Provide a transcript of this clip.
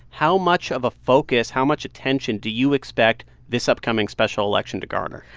how much of a focus, how much attention do you expect this upcoming special election to garner?